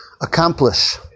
accomplish